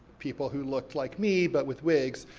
people who looked like me, but with wigs,